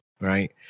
right